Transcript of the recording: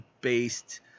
based